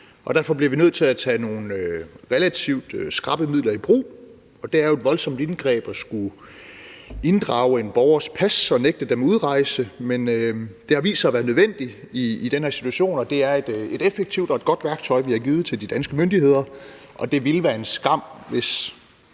derfor bliver vi nødt til at tage nogle relativt skrappe midler i brug. Og det er jo et voldsomt indgreb at skulle inddrage en borgers pas og nægte dem udrejse, men det har vist sig at være nødvendigt i den her situation, og det er et effektivt og et godt værktøj, vi har givet til de danske myndigheder. Det ville være en skam, hvis